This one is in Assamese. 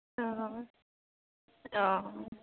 অঁ অঁ অঁ